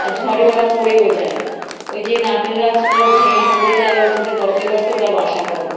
আর ঝড়ে ওরা পড়েও যায় না ওই যে নারকেল গাছগুলো ভেঙে পড়ে যায় ওর মধ্যে গর্তে গর্তে ওরা বাসা করে